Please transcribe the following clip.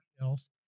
else